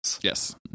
Yes